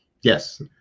yes